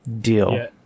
Deal